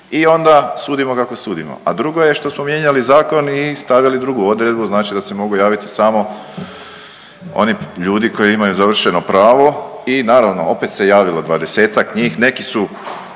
i onda sudimo kako sudimo. A drugo je što smo mijenjali zakon i stavljali drugu odredbu, znači da se mogu javiti samo oni ljudi koji imaju završeno pravo i naravno, opet se javilo dvadesetak njih, neki su